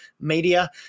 media